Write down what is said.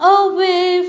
away